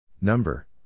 Number